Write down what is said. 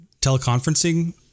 teleconferencing